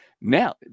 Now